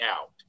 out